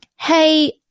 hey